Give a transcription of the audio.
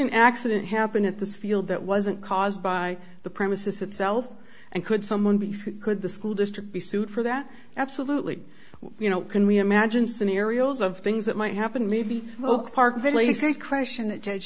an accident happen at this field that wasn't caused by the premises itself and could someone be sued could the school district be sued for that absolutely you know can we imagine scenarios of things that might happen levy oak park police a question that judge